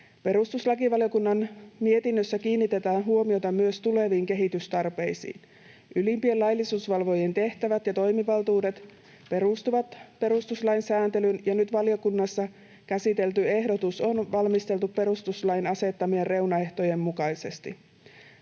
Perustuslakivaliokunnan mietinnössä kiinnitetään huomiota myös tuleviin kehitystarpeisiin. Ylimpien laillisuusvalvojien tehtävät ja toimivaltuudet perustuvat perustuslain sääntelyyn, ja nyt valiokunnassa käsitelty ehdotus on valmisteltu perustuslain asettamien reunaehtojen mukaisesti.